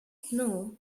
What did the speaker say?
know